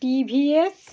TVS